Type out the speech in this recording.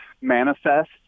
manifest